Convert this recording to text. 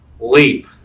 Leap